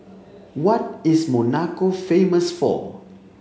what is Monaco famous for